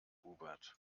hubert